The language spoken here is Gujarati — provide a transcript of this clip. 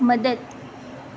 મદદ